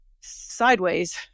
sideways